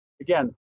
again